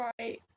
Right